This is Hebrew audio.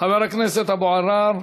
חבר הכנסת אבו עראר,